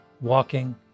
walking